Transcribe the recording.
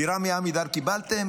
דירה מעמידר קיבלתם?